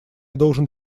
должен